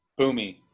Boomy